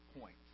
point